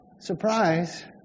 surprise